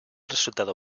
resultado